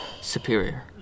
superior